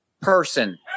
person